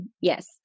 Yes